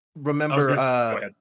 remember